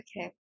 Okay